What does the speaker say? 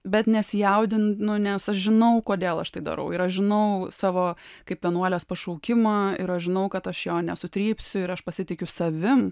bet nesijaudinu nes aš žinau kodėl aš tai darau ir aš žinau savo kaip vienuolės pašaukimą ir aš žinau kad aš jo nesutrypsiu ir aš pasitikiu savim